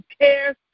cares